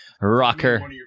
rocker